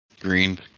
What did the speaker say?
green